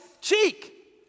cheek